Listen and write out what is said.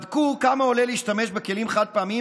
בדקו כמה עולה להשתמש בכלים חד-פעמיים